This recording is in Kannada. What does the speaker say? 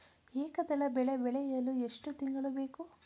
ಏಕದಳ ಬೆಳೆ ಬೆಳೆಯಲು ಎಷ್ಟು ತಿಂಗಳು ಬೇಕು?